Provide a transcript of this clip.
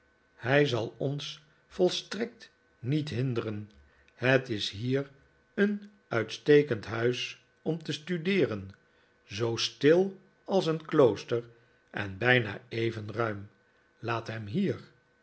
hij zal ons volstrekt niet hinderen het is hier een uitstekend huis om te studeeren zoo stil als een klooster en bijna even ruim laat hem hier